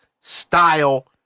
style